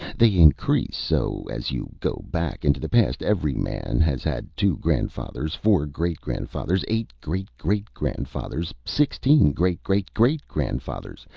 they increase so as you go back into the past. every man has had two grandfathers, four great-grandfathers, eight great-great-grandfathers, sixteen great-great-great-grandfathers,